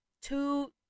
two